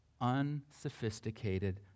unsophisticated